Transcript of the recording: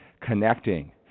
Connecting